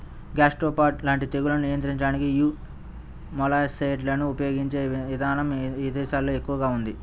gastropod లాంటి తెగుళ్లను నియంత్రించడానికి యీ మొలస్సైడ్లను ఉపయిగించే ఇదానం ఇదేశాల్లో ఎక్కువగా ఉంది